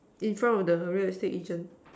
in front of the real estate agent